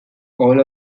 all